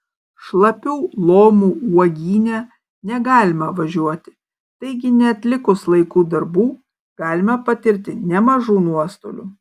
šlapių lomų uogyne negalima važiuoti taigi neatlikus laiku darbų galima patirti nemažų nuostolių